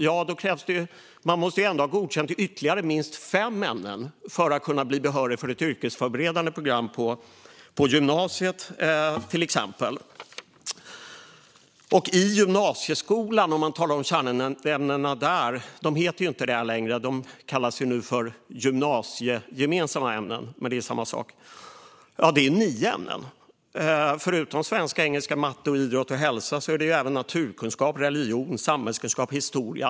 Och man måste ha godkänt i ytterligare minst fem ämnen för att bli behörig för ett yrkesförberedande program på gymnasiet, till exempel. I gymnasieskolan heter det inte längre kärnämnen. De kallas nu för gymnasiegemensamma ämnen, men det är samma sak. Det är nio ämnen. Förutom svenska, engelska, matte och idrott och hälsa är det naturkunskap, religion, samhällskunskap och historia.